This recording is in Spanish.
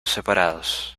separados